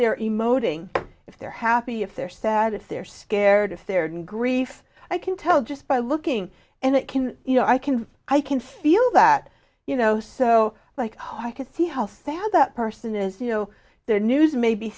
emoting if they're happy if they're sad if they're scared if they're in grief i can tell just by looking and it can you know i can i can feel that you know so like oh i can see how sad that person is you know their news maybe